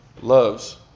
loves